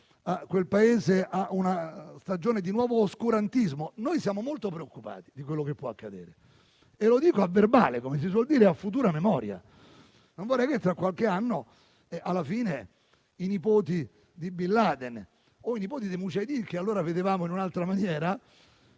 quel Paese a una stagione di nuovo oscurantismo? Noi siamo molto preoccupati di quello che può accadere e lo dico affinché rimanga nel Resoconto a futura memoria; non vorrei che fra qualche anno alla fine i nipoti di Bin Laden o i nipoti dei *mujaheddin* (che allora vedevamo in un'altra maniera),